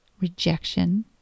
Rejection